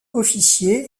officier